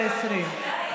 בדיוק.